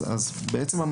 בעצם,